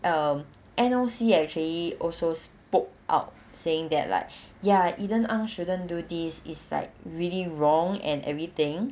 um N_O_C actually also spoke out saying that like ya eden ang shouldn't do this is like really wrong and everything